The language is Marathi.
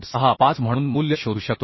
65 म्हणून मूल्य शोधू शकतो